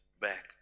back